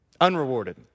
unrewarded